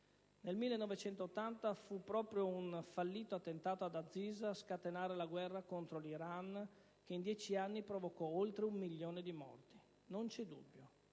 Nel 1980 fu proprio un fallito attentato ad Aziz a scatenare la guerra con l'Iran che in 10 anni provocò oltre un milione di morti. Non c'è dubbio